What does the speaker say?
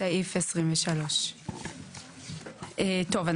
סעיף 23. טוב,